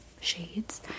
shades